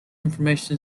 information